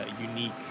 unique